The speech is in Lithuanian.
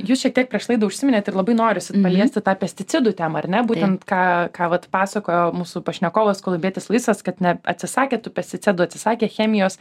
jūs šiek tiek prieš dar užsiminėt ir labai norisi paliesti tą pesticidų temą ar ne būtent ką ką vat pasakojo mūsų pašnekovas kolumbietis luisas kad net atsisakė tų pesticidų atsisakė chemijos